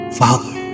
father